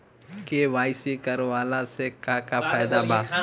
KYC करवला से का का फायदा बा?